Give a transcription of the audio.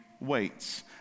waits